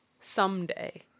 Someday